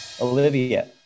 Olivia